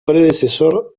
predecesor